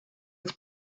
its